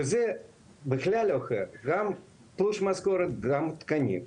וזה בכלל לא פייר, גם תלוש משכורת וגם התקנים.